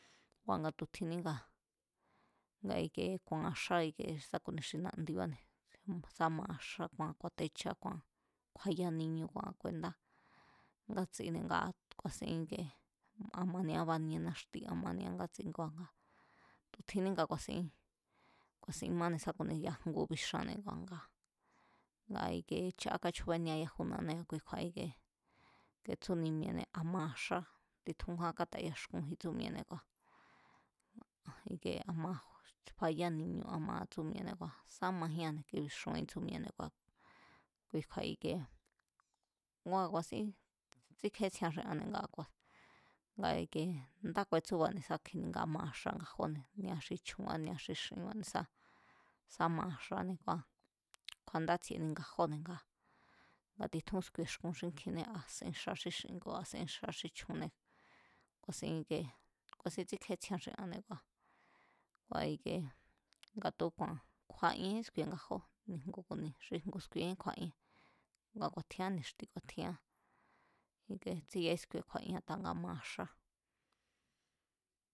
Kua̱ nga tu̱ tjinní nga, nga ike ku̱a̱nra̱ xá sá ku̱ni xi na̱andibáne̱ sa maa̱ xa ku̱a̱techa ku̱an kju̱a̱ya ni̱ñu̱ ku̱a̱n ku̱e̱ndá ngatsine̱ nga ku̱a̱sin íke a mania banie náxti a mania ngátsi ngua̱ nga tu̱ tjiinní nga ku̱a̱sín, ku̱a̱sin máne̱ sá ku̱ni ya jngu bixanne̱ ngua̱ nga, nga ikie chá kachjúbeníéa̱ yajunanée̱ a̱ kui kju̱a̱ ikie tetsúni mi̱e̱ne̱ a maa̱ xá titjúnkjúá kátayaxkuji̱n tsú mi̱e̱ne̱ kua̱ kie a maa̱ ̱ fayá ni̱ñu̱ a maa̱ tsú mi̱e̱ne̱ sá majía̱ne̱ kí bixanjín tsú mi̱e̱ne̱ kua̱ kui kju̱a̱ ikie kua̱ ku̱a̱sín tsjikjétsjiean xi anne̱ nga a̱ ku̱a̱, ndá kuetsúba̱ne̱ sa kjini nga maa̱ xá ngajóne̱ xi chju̱nbá ni̱a xi xi̱nba̱ sá, sá maa̱ xanée̱ kua̱ kju̱a̱ndá tsi̱e̱ni ngajóne̱ nga titjún sku̱i̱e̱xkun xínkjinée̱ a sín xa xí xi̱n ku̱ a sín xa xí chju̱unné ku̱a̱sin íke ku̱a̱sin tsíkjétsjiean xi anne̱ kua̱, kua̱ ike nga tu̱úku̱a̱n kju̱a̱ienjín sku̱i̱e̱ nga jó ni̱ ngu ku̱ ni̱ xi gu sku̱i̱éjín kju̱a̱'ien ngu ku̱a̱tjián ni̱xti ku̱a̱tjian kíte̱ tsíyaí sku̱i̱e̱ kju̱a̱'ien a̱ta nga maa̱ xá.